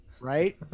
Right